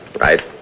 Right